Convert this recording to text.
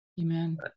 Amen